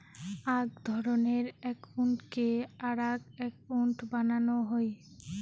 আক ধরণের একউন্টকে আরাক একউন্ট বানানো হই